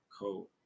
coat